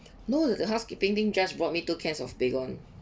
no the housekeeping team just brought me two cans of baygon